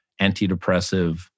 antidepressive